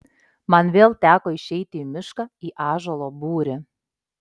man vėl teko išeiti į mišką į ąžuolo būrį